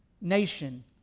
nation